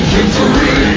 Victory